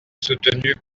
soutenue